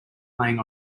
playing